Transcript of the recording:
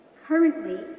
currently,